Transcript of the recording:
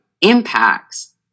impacts